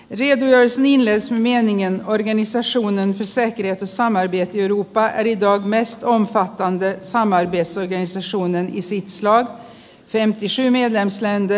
organisationen för säkerhet och samarbete i europa är i dag den mest omfattande samarbetsorganisationen i sitt slag men dess politiska tyngd visar en sjunkande trend